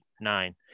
nine